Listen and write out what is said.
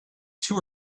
two